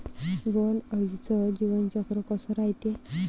बोंड अळीचं जीवनचक्र कस रायते?